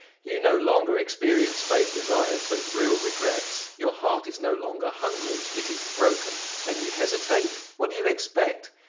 you no longer experience vague desires, but real regrets your heart is no longer hungry, it is broken! and you hesitate? what do you expect?